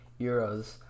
euros